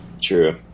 True